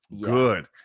good